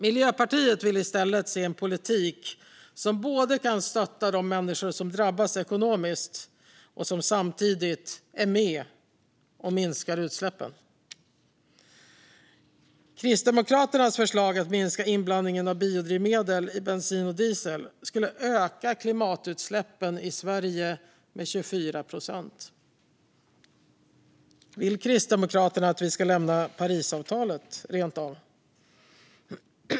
Miljöpartiet vill i stället se en politik som både kan stötta de människor som drabbas ekonomiskt och som samtidigt är med och minskar utsläppen. Kristdemokraternas förslag om att minska inblandningen av biodrivmedel i bensin och diesel skulle öka klimatutsläppen i Sverige med 24 procent. Vill Kristdemokraterna rent av att vi ska lämna Parisavtalet?